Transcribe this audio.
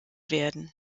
werden